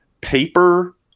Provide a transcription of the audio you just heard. paper